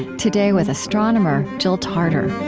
today, with astronomer jill tarter.